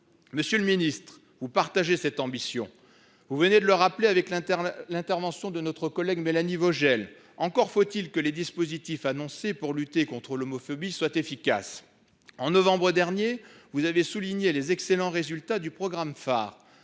Monsieur le ministre, vous partagez cette ambition. Vous venez de le rappeler en réponse à l'intervention de notre collègue Mélanie Vogel. Encore faut-il que les dispositifs annoncés pour lutter contre l'homophobie soient efficaces. Au mois de novembre dernier, vous avez souligné les excellents résultats du programme pHARe.